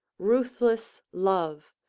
ruthless love,